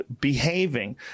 behaving